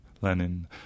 Lenin